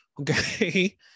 Okay